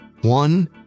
One